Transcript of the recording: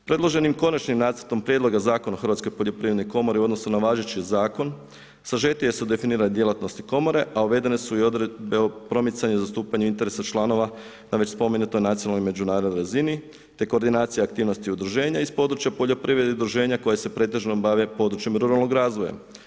Predloženim Konačnim nacrtom prijedloga Zakona o HPK u odnosu na važeći zakon sažetije su definirane djelatnosti komore a uvedene su i odredbe o promicanju i zastupanju interesa članova na već spomenutoj nacionalnoj i međunarodnoj razini te koordinacija aktivnosti udruženja iz područja poljoprivrede i udruženja koja se pretežno bave područjem ruralnog razvoja.